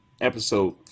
episode